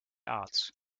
art